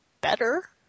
better